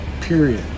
period